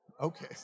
Okay